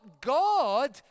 God